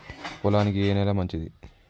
పొలానికి ఏ నేల మంచిది?